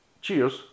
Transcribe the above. Cheers